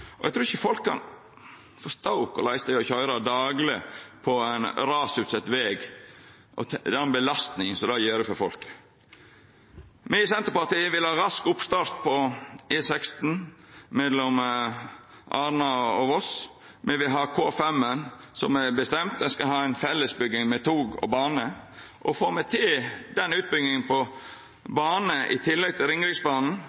og eg trur ikkje folk kan forstå korleis det er å køyra dagleg på ein rasutsett veg, den belastinga det er for folk. Me i Senterpartiet vil ha rask oppstart på E16 mellom Arna og Voss, me vil ha K5, som er bestemt, der ein skal ha fellesbygging med tog og bane. Får me til den utbygginga på